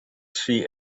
she